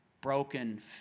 broken